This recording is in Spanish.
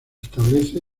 establece